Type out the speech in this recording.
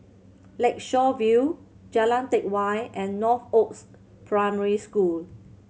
Lakeshore View Jalan Teck Whye and Northoaks Primary School